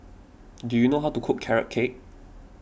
do you know how to cook Carrot Cake